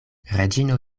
reĝino